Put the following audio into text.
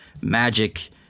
magic